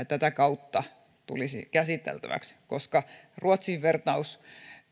tätä kautta tulisi käsiteltäväksi ruotsiin vertaus